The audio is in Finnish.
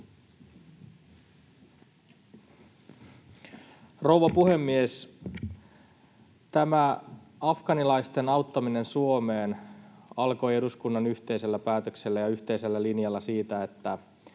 Rouva puhemies! Tämä afganistanilaisten auttaminen Suomeen alkoi eduskunnan yhteisellä päätöksellä ja yhteisellä linjalla siitä, että